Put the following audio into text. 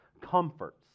comforts